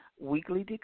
weekly